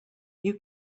you